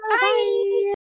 Bye